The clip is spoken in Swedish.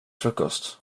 frukost